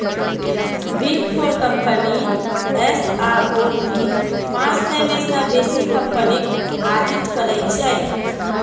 big four company S आओर P पाँच सय मे सँ बेसी कंपनीक आडिट करै छै